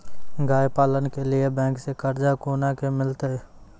गाय पालन के लिए बैंक से कर्ज कोना के मिलते यो?